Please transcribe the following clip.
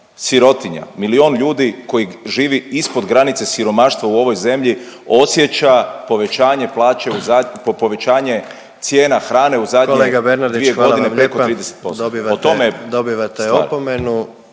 sirotinja, milijun ljudi koji žive ispod granice siromaštva u ovoj zemlji osjeća povećanje plaće u .../nerazumljivo/...,